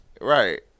Right